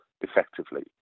effectively